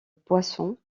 poisson